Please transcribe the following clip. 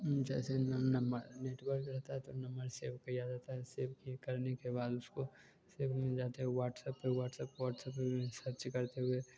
जैसे unknown number network रहता है तो नंबर सेव किया जाता है सेव किए करने के बाद उसको सेव मिल जाते हैं व्हाट्सऐप पे व्हाट्सऐप पे भी सर्च करते हुए